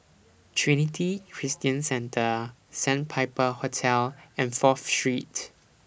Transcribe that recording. Trinity Christian Centre Sandpiper Hotel and Fourth Street